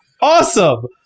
awesome